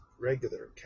regular